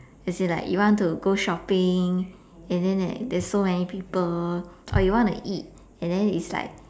as in like you want to go shopping and then there's there is so many people or you want to eat and then is like